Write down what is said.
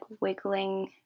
wiggling